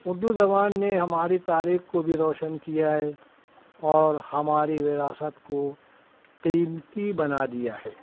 اُردو زبان نے ہماری تاریخ کو بھی روشن کیا ہےاور ہماری وراثت کو قیمتی بنا دیا ہے